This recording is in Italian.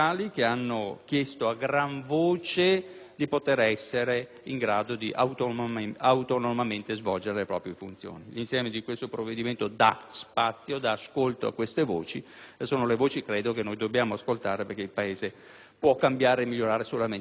di potere essere in grado di autonomamente svolgere le proprie funzioni. L'insieme di questo provvedimento dà spazio ed ascolto a queste voci che credo dobbiamo ascoltare perché il Paese può cambiare e migliorare solamente se intraprende questa strada. *(Applausi